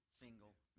single